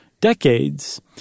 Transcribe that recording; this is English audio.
decades